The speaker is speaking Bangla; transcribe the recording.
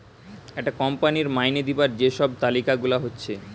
একটা কোম্পানির মাইনে দিবার যে সব তালিকা গুলা হচ্ছে